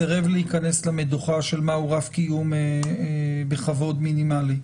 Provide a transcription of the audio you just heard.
סירב להיכנס למדוכה של מהו רק קיום בכבוד מינימלי.